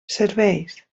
serveis